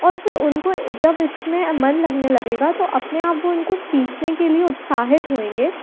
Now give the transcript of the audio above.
और फिर उनको जब इसमें मन लगाने लगेगा तो अपने आप वो इनको सिखाने के लिए उत्साहित होयेंगे